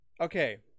Okay